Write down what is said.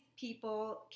people